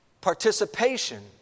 participation